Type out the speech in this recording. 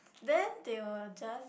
then they will just